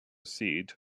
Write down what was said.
seed